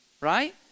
right